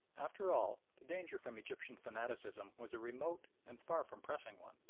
after all, the danger from egyptian fanaticism was a remote and far from pressing one!